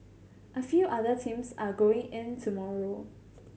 a few other teams are going in tomorrow